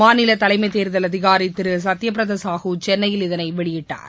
மாநில தலைமை தேர்தல் அதிகாரி திரு சத்ய பிரதா சாஹூ சென்னையில் இதனை வெளியிட்டார்